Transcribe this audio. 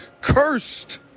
cursed